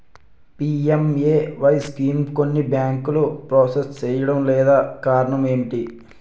PMAY స్కీమును కొన్ని బ్యాంకులు ప్రాసెస్ చేయడం లేదు కారణం ఏమిటి?